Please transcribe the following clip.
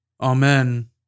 Amen